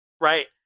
right